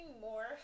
more